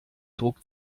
druck